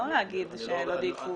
לא להגיד שלא דייקו.